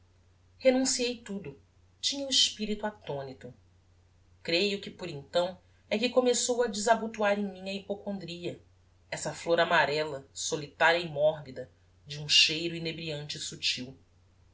renunciei tudo tinha o espirito attonito creio que por então é que começou a desabotoar em mim a hypocondria essa flor amarella solitaria e morbida de um cheiro inebriante e subtil